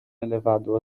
elevador